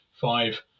five